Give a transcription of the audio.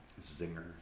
Zinger